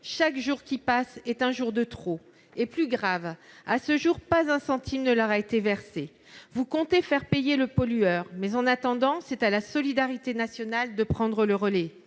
chaque jour qui passe est un jour de trop ! Plus grave encore, à ce jour, pas un centime ne leur a été versé. Vous comptez faire payer le pollueur, mais en attendant, c'est à la solidarité nationale de prendre le relais.